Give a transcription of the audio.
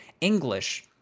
English